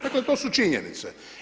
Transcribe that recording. Dakle, to su činjenice.